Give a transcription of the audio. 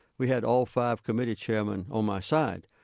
we had all five committee chairmen on my side.